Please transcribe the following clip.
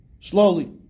Slowly